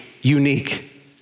unique